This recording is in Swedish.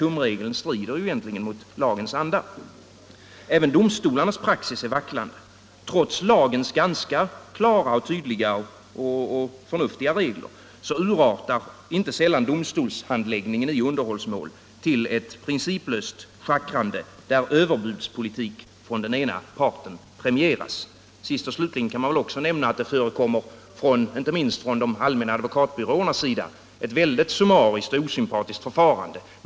Tumregeln strider alltså egentligen mot lagens anda. Även domstolarnas praxis är vacklande. Trots lagens ganska klara och förnuftiga regler urartar inte sällan domstolshandläggningen i underhållsmål till ett principlöst schackrande där överbudspolitik från ena parten premieras. Slutligen kan också nämnas att det från de allmänna advokatbyråernas sida förekommer ett mycket summariskt och osympatiskt förfarande.